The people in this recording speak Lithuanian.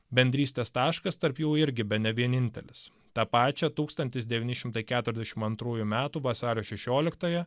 bendrystės taškas tarp jų irgi bene vienintelis tą pačią tūkstantis devyni šimtai keturiasdešimt antrųjų metų vasario šešioliktąją